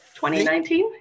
2019